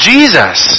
Jesus